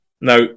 Now